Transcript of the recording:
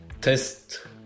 test